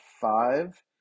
five